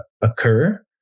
occur